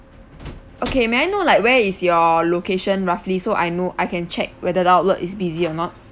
okay may I know like where is your location roughly so I know I can check whether the outlet is busy or not